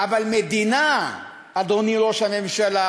אבל מדינה, אדוני ראש הממשלה,